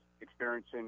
experiencing